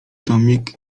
tomik